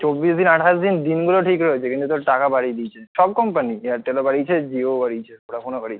চব্বিশ দিন আঠাশ দিন দিনগুলো ঠিক রয়েছে কিন্তু তোর টাকা বাড়িয়ে দিয়েছে সব কম্পানি এয়ারটেলও বাড়িয়েছে জিওও বাড়িয়েছে ভোডাফোনও বাড়িয়েছে